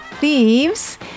thieves